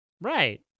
Right